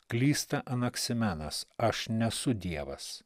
klysta anaksimenas aš nesu dievas